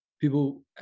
People